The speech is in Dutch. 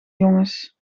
jongens